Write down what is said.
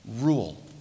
rule